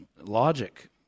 logic